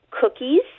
cookies